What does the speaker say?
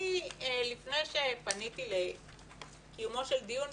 לפני שפניתי לקיומו של דיון,